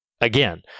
again